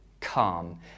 calm